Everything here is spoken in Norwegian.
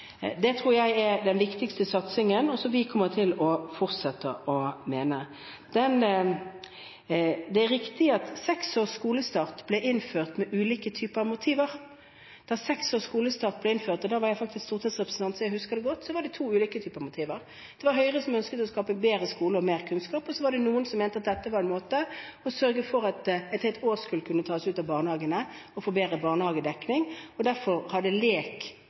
Det tror jeg er den viktigste satsingen, og det kommer vi til å fortsette å mene. Det er riktig at skolestart for 6-åringer ble innført med ulike typer motiver. Da skolestart for 6-åringer ble innført – og da var jeg faktisk stortingsrepresentant, så jeg husker det godt – var det to ulike typer motiver. Det var Høyres, vi ønsket å skape en bedre skole og mer kunnskap. Så var det noen som mente at dette var en måte å sørge for å ta ut et helt årskull av barnehagene og få bedre barnehagedekning på, og derfor hadde man lek